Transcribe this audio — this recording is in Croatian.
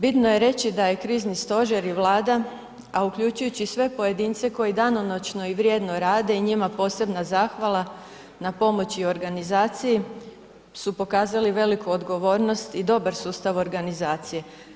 Bitno je reći da je Krizni stožer i Vlada, a uključujući i sve pojedince koji danonoćno i vrijedno rade i njima posebna zahvala na pomoći i organizaciji su pokazali veliku odgovornost i dobar sustav organizacije.